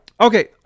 okay